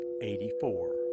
eighty-four